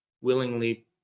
willingly